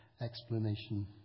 explanation